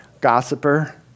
gossiper